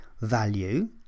value